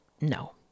No